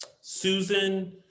Susan